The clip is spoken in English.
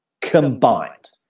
combined